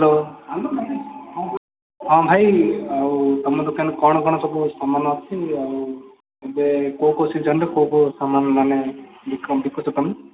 hello ହଁ ଭାଇ ଆଉ ତୁମ ଦୋକାନରେ କ'ଣ କ'ଣ ସବୁ ସାମାନ ଅଛି ଆଉ ଯେ କେଉଁ କେଉଁ ସିଜିନ୍ରେ କେଉଁ କେଉଁ ସାମାନ ମାନେ ବିକୁଛ ତୁମେ